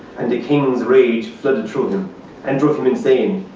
and the king's rage flooded through him and drove him insane.